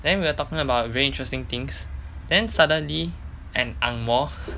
then we were talking about very interesting things then suddenly an ang moh